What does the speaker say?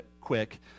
quick